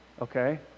okay